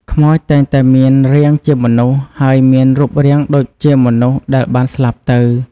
ខ្មោចតែងតែមានរាងជាមនុស្សហើយមានរូបរាងដូចជាមនុស្សដែលបានស្លាប់ទៅ។